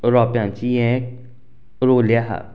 रोंप्यांची हें रोवले आहा